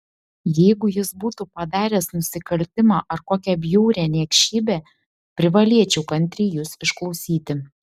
jeigu jis būtų padaręs nusikaltimą ar kokią bjaurią niekšybę privalėčiau kantriai jus išklausyti